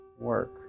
work